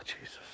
Jesus